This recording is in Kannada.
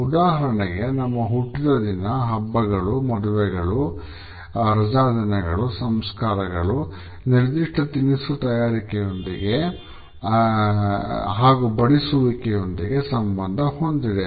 ಉದಾಹರಣೆಗೆ ನಮ್ಮ ಹುಟ್ಟಿದದಿನ ಹಬ್ಬಗಳು ಮದುವೆಗಳು ರಜಾದಿನಗಳು ಸಂಸ್ಕಾರಗಳು ನಿರ್ದಿಷ್ಟ ತಿನಿಸು ತಯಾರಿಕೆಯೊಂದಿಗೆ ಹಾಗೂ ಬಡಿಸುವಿಕೆಯೊಂದಿಗೆ ಸಂಬಂಧ ಹೊಂದಿವೆ